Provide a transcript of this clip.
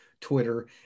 Twitter